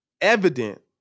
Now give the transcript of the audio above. evident